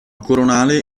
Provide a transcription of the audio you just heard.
coronale